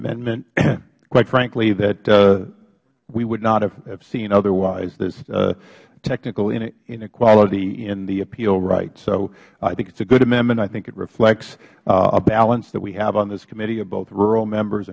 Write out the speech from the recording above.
amendment quite frankly that we would not have seen otherwise this technical inequality in the appeal rights so i think it is a good amendment i think it reflects a balance that we have on this committee of both rural members